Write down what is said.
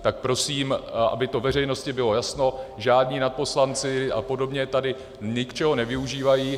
Tak prosím, aby to veřejnosti bylo jasno, žádní nadposlanci apod. tady ničeho nevyužívají.